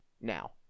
now